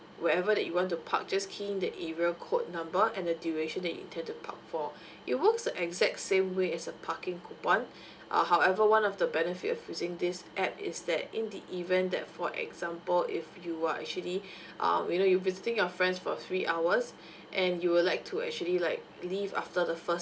wherever you want to park just key in the area code number and the duration that you intend to park for it works exact same way as the parking coupon uh however one of the benefit of using this app is that in the event that for example if you are actually um you know you're visiting your friends for three hours and you would like to actually like leave after the first